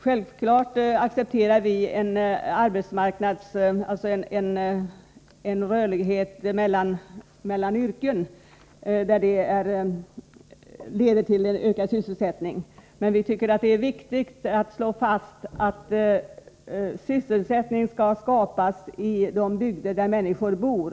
Självfallet accepterar vi rörlighet mellan olika yrken, där detta leder till en ökning av sysselsättningen, men vi tycker att det är viktigt att slå fast att sysselsättning skall skapas i de bygder där människor bor.